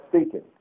speaking